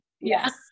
yes